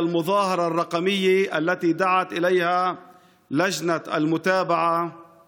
אני קורא לציבור שלנו להצטרף להפגנה הדיגיטלית שעליה הכריזה ועדת המעקב.